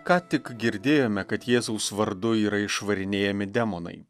ką tik girdėjome kad jėzaus vardu yra išvarinėjami demonai